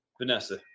Vanessa